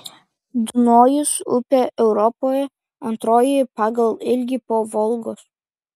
dunojus upė europoje antroji pagal ilgį po volgos